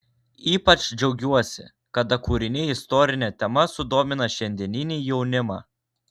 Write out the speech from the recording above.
ypač džiaugiuosi kada kūriniai istorine tema sudomina šiandieninį jaunimą